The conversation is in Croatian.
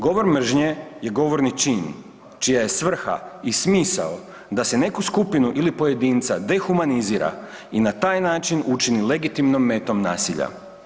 Govor mržnje je govorni čin čija je svrha i smisao da se neku skupinu ili pojedinca dehumanizira i na taj način učini legitimnom metom nasilja.